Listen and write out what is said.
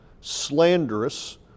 slanderous